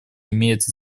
имеет